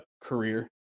career